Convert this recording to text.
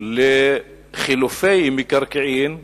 לחילופי מקרקעין,